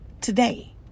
today